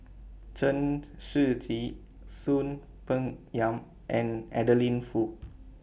Chen Shiji Soon Peng Yam and Adeline Foo